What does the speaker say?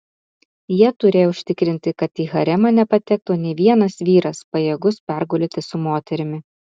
jie turėjo užtikrinti kad į haremą nepatektų nė vienas vyras pajėgus pergulėti su moterimi